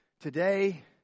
today